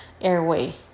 airway